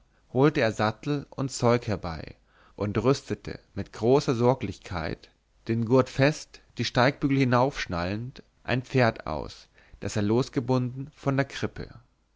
holte er sattel und zeug herbei und rüstete mit großer sorglichkeit den gurt fest die steigbügel hinaufschnallend ein pferd aus das er losgebunden von der krippe